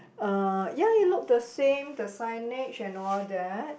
uh ya it look the same the signage and all that